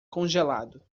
congelado